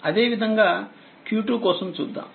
అదేవిధంగా q2 కోసం చూద్దాము